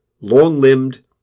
long-limbed